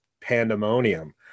pandemonium